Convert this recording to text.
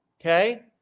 Okay